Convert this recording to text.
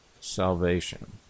salvation